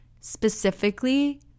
specifically